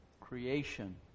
creation